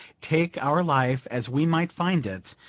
take our life as we might find it,